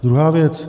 Druhá věc.